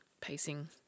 pacing